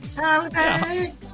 Holiday